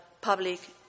public